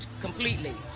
completely